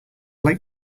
like